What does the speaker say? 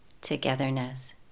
togetherness